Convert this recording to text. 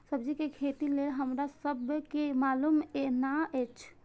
सब्जी के खेती लेल हमरा सब के मालुम न एछ?